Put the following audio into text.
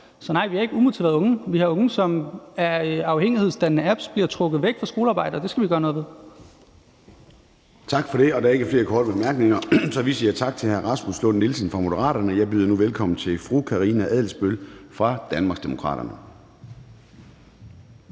Så nej, vi har ikke umotiverede unge. Vi har unge, som af afhængighedsdannende apps bliver trukket væk fra skolearbejdet, og det skal vi gøre noget ved. Kl. 13:40 Formanden (Søren Gade): Tak for det. Der er ikke flere korte bemærkninger, så vi siger tak til hr. Rasmus Lund-Nielsen fra Moderaterne. Jeg byder nu velkommen til fru Karina Adsbøl fra Danmarksdemokraterne.